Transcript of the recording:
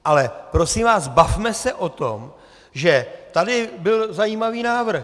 Ale prosím vás, bavme se o tom, že tady byl zajímavý návrh.